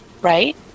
right